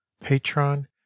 patron